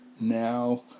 now